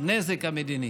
הנזק המדיני.